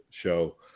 Show